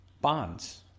Bonds